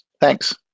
Thanks